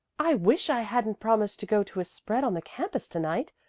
i wish i hadn't promised to go to a spread on the campus to-night.